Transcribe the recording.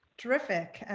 terrific.